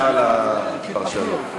חוק.